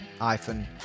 iPhone